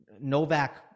Novak